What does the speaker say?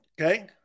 Okay